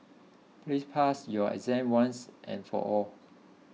please pass your exam once and for all